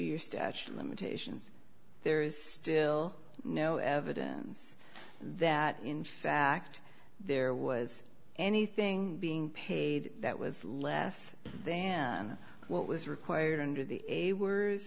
your statue of limitations there is still no evidence that in fact there was anything being paid that was less than what was required under the a wor